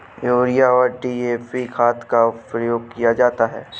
urea और DAP खाद का प्रयोग किया जाता है